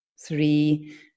three